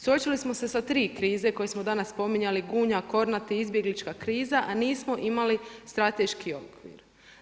Suočili smo se sa 3 krize, koje smo danas spominjali, Gunja, Kornati, izbjeglička kriza, a nismo imali strateški odgovor.